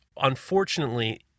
unfortunately